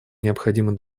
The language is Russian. необходимы